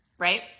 right